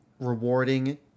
rewarding